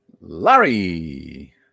Larry